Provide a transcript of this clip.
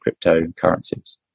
cryptocurrencies